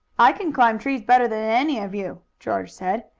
i can climb trees better than any of you, george said.